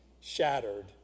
shattered